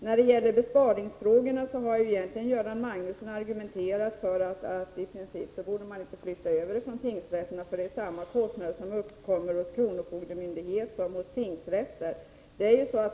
När det gäller besparingarna har Göran Magnusson i princip argumenterat för att den summariska processen inte borde flyttas över från tingsrätterna. Det är samma kostnader som uppkommer hos kronofogdemyndigheter som hos tingsrätter.